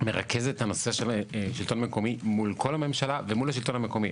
מרכז את הנושא של השלטון המקומי מול כל הממשלה ומול השלטון המקומי.